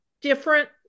different